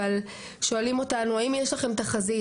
אבל שואלים אותנו האם יש לכם תחזית,